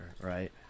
right